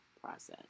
process